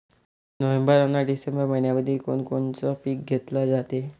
November अन December मइन्यामंधी कोण कोनचं पीक घेतलं जाते?